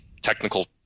technical